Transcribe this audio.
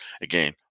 again